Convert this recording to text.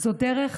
זו דרך